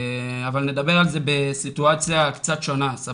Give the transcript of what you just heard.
אבל נדבר על זה בסיטואציה קצת שונה כי